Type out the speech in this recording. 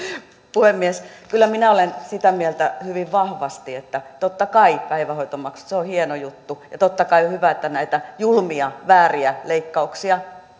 puhemies kyllä minä olen sitä mieltä hyvin vahvasti että totta kai päivähoitomaksut on hieno juttu ja totta kai on hyvä että näitä julmia vääriä leikkauksia